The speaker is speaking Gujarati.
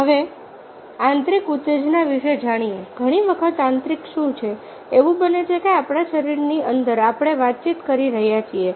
હવેઆંતરિક ઉત્તેજના વિશે જાણીએઘણી વખત આંતરિક શું છે એવું બને છે કે આપણા શરીરની અંદર આપણે વાતચીત કરી રહ્યા છીએ